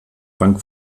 bank